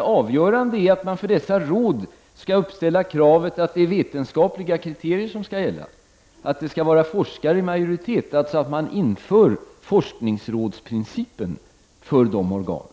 avgörande är att man för dessa råd skall uppställa kravet att vetenskapliga kriterier skall gälla och att forskare skall vara i majoritet, dvs. att man inför forskningsrådsprincipen för organen.